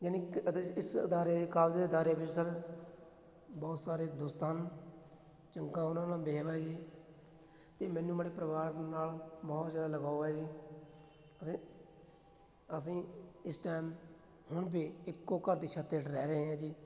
ਯਾਨੀ ਕਦੇ ਇਸ ਅਦਾਰੇ ਕਾਲਜ ਦੇ ਅਦਾਰੇ ਵਿੱਚ ਸਰ ਬਹੁਤ ਸਾਰੇ ਦੋਸਤ ਹਨ ਚੰਗਾ ਉਹਨਾਂ ਨਾਲ ਬਿਹੇਵ ਹੈ ਜੀ ਅਤੇ ਮੈਨੂੰ ਅਪਣੇ ਪਰਿਵਾਰ ਨਾਲ ਬਹੁਤ ਜ਼ਿਆਦਾ ਲਗਾਓ ਹੈ ਜੀ ਅਸੀਂ ਅਸੀਂ ਇਸ ਟਾਈਮ ਹੁਣ ਵੀ ਇੱਕੋ ਘਰ ਦੀ ਛੱਤ ਹੇਠ ਰਹਿ ਰਹੇ ਹਾਂ ਜੀ